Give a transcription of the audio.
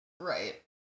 Right